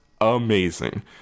amazing